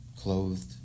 clothed